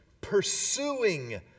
pursuing